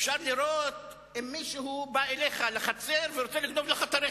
אפשר לירות אם מישהו בא אליך לחצר ורוצה לגנוב לך את הרכב,